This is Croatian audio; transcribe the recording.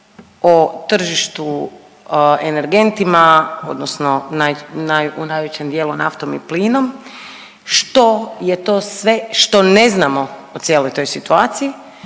o tržištu energentima, odnosno u najvećem dijelu, naftom i plinom, što je to sve što ne znamo o cijeloj toj situaciji